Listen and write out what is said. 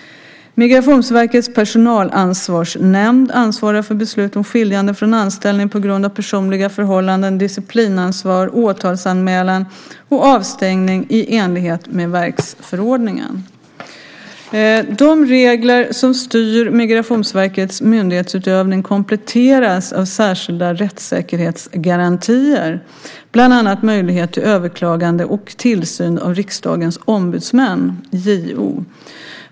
Migrationsverkets personalansvarsnämnd ansvarar för beslut om skiljande från anställning på grund av personliga förhållanden, disciplinansvar, åtalsanmälan och avstängning i enlighet med verksförordningen. De regler som styr Migrationsverkets myndighetsutövning kompletteras av särskilda rättssäkerhetsgarantier, bland annat möjlighet till överklagande och tillsyn av Riksdagens ombudsmän JO.